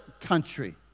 country